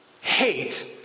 hate